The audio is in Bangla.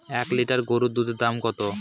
এক লিটার গরুর দুধের দাম কত?